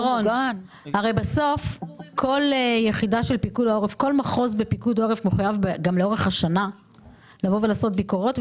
הרי כל מחוז בפיקוד העורף מחויב גם לאורך השנה לעשות ביקורות,